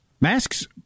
masks